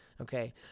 Okay